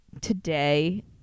today